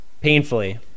Painfully